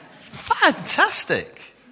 fantastic